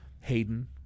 Hayden